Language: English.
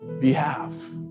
behalf